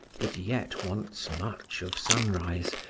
it yet wants much of sunrise,